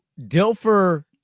Dilfer